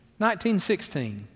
1916